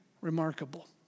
remarkable